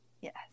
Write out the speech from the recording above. Yes